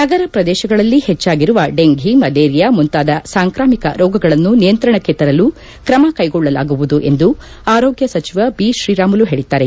ನಗರಪ್ರದೇಶಗಳಲ್ಲಿ ಹೆಚ್ಚಾಗಿರುವ dengue malaria ಮುಂತಾದ ಸಾಂಕ್ರಾಮಿಕ ರೋಗಗಳನ್ನು ನಿಯಂತ್ರಣಕ್ಕೆ ತರಲು ಕ್ರಮ ಕ್ಲೆಗೊಳ್ಳಲಾಗುವುದು ಎಂದು ಆರೋಗ್ನ ಸಚಿವ ಬಿತ್ರೀರಾಮುಲು ಹೇಳಿದ್ದಾರೆ